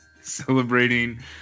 celebrating